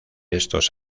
estos